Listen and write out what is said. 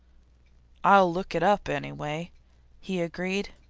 i'll look it up, anyway, he agreed.